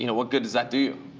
you know what good does that do?